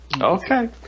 Okay